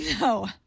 No